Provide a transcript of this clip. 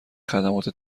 خدمات